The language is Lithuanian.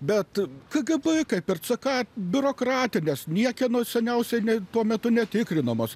bet kgb kaip ck biurokratinės niekieno seniausiai nei tuo metu netikrinamos